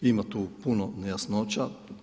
Ima tu puno nejasnoća.